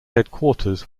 headquarters